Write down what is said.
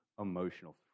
emotional